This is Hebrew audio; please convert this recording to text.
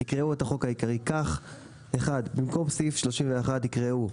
יקראו את החוק העיקרי כך: במקום סעיף 31 יקראו: